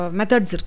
methods